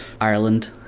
Ireland